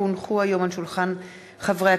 כי הונחו היום על שולחן הכנסת,